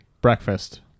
breakfast